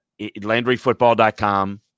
Landryfootball.com